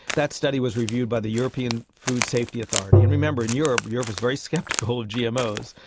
that study was reviewed by the european food safety authority. and remember, in europe, europe is very sceptical of gmos,